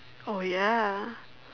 oh ya